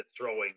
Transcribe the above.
throwing